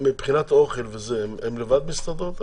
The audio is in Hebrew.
מבחינת אוכל וזה, הן לבד מסתדרות?